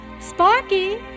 Sparky